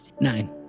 Nine